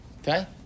Okay